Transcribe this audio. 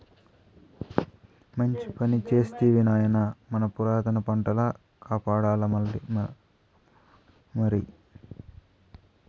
మంచి పని చేస్తివి నాయనా మన పురాతన పంటల కాపాడాల్లమరి